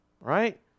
right